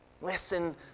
Listen